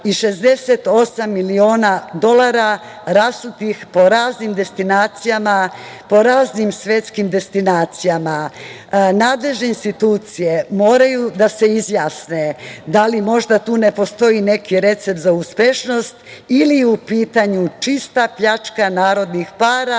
destinacijama, po raznim svetskim destinacijama? Nadležne institucije moraju da se izjasne da li možda tu ne postoji neki recept za uspešnost ili je u pitanju čista pljačka narodnih para,